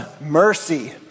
mercy